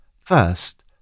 First